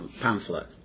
pamphlet